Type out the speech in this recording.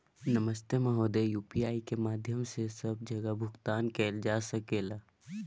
नमस्ते महोदय, यु.पी.आई के माध्यम सं सब जगह भुगतान कैल जाए सकल ये?